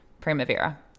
Primavera